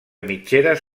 mitgeres